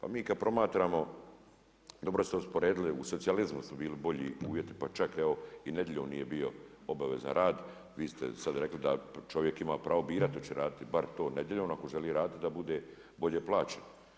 A mi kad promatramo, dobro ste usporedili u socijalizmu su bili bolji uvjeti, pa čak, evo i nedjeljom nije bio obavezan rad, vi ste sad rekli da čovjek ima pravo birati hoće li raditi bar to nedjeljom, ako želi raditi, da bude bolje plaćen.